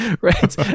right